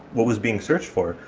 what was being searched for.